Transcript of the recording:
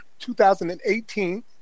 2018